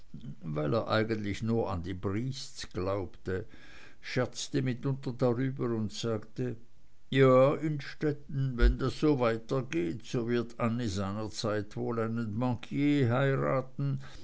weil er eigentlich nur an die briests glaubte scherzte mitunter darüber und sagte ja innstetten wenn das so weitergeht so wird annie seinerzeit wohl einen bankier heiraten